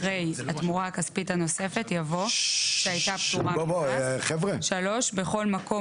אחרי "התמורה הכספית הנוספת" יבוא "שהייתה פטורה ממס"; (3)בכל מקום,